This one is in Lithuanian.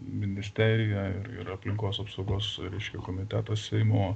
ministerija ir ir aplinkos apsaugos reiškia komitetas seimo